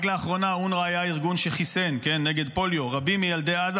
רק לאחרונה אונר"א היה הארגון שחיסן נגד פוליו רבים מילדי עזה,